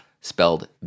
spelled